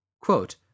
Quote